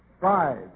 five